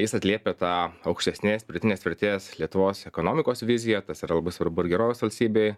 jis atliepia tą aukštesnės pridėtinės vertės lietuvos ekonomikos viziją tas yra labai svarbu ir gerovės valstybei